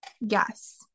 Yes